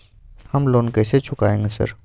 हम लोन कैसे चुकाएंगे सर?